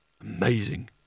amazing